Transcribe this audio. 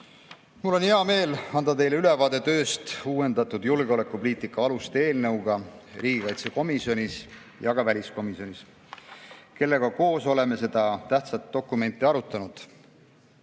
Mul on hea meel anda teile ülevaade tööst uuendatud julgeolekupoliitika aluste eelnõu [arutamisel] riigikaitsekomisjonis ja väliskomisjonis, kellega koos oleme seda tähtsat dokumenti arutanud.